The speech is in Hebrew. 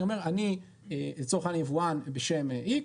אני לצורך העניין יבואן בשם X,